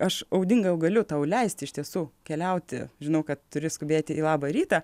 aš audinga jau galiu tau leisti iš tiesų keliauti žinau kad turi skubėti į labą rytą